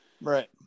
Right